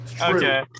okay